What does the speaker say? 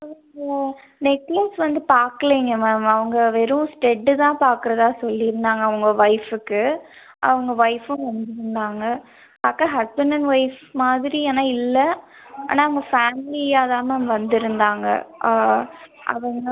அவங்க நெக்லஸ் வந்து பார்க்குலிங்க மேம் அவங்க வெறும் ஸ்டெட்டு தான் பார்க்குறதா சொல்லிருந்தாங்க அவங்க ஒய்ஃபுக்கு அவங்க ஒய்ஃபும் வந்துருந்தாங்க பார்க்க ஹஸ்பெண்ட் அண்ட் ஒய்ஃப் மாதிரி ஆனால் இல்லை ஆனால் அவங்க ஃபேமிலியாக தான் மேம் வந்துருந்தாங்க அவங்க